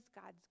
God's